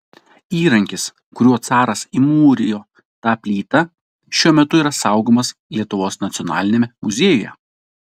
įrankis kuriuo caras įmūrijo tą plytą šiuo metu yra saugomas lietuvos nacionaliniame muziejuje